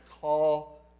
call